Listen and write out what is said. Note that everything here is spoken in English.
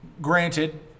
granted